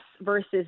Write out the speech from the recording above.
versus